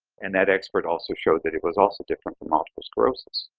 and that expert also showed that it was also different for multiple sclerosis